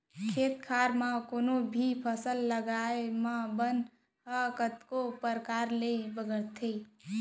खेत खार म कोनों भी फसल लगाए म बन ह कतको परकार ले बगरथे